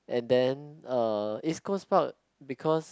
and then uh East-Coast-Park because